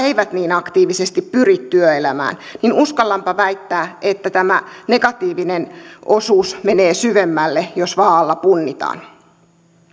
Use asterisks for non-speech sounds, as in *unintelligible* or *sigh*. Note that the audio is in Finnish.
*unintelligible* eivät niin aktiivisesti pyri työelämään niin uskallanpa väittää että tämä negatiivinen osuus menee syvemmälle jos vaaalla punnitaan